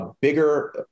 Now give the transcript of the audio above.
bigger